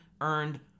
earned